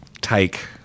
take